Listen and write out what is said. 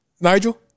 Nigel